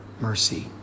mercy